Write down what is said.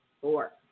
four